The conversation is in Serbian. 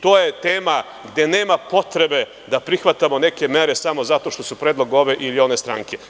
To je tema gde nema potrebe da prihvatamo neke mere samo zato što su predlog ove ili one stranke.